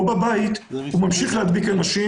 ומצד שני לא להקשיב להם.